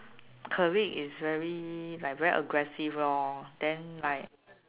colleague is very like very aggressive lor then like